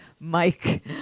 Mike